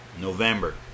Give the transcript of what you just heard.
November